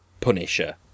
Punisher